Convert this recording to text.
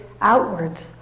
outwards